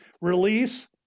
release